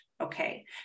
Okay